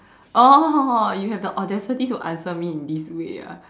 oh you have the audacity to answer me in this way ah